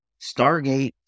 Stargate